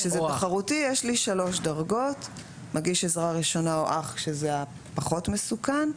כשזה תחרותי יש לי שלוש דרגות: מגיש עזרה ראשונה או אח כשזה פחות מסוכן,